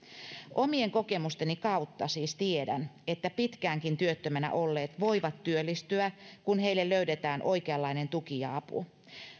omien kokemusteni kautta siis tiedän että pitkäänkin työttömänä olleet voivat työllistyä kun heille löydetään oikeanlainen tuki ja apu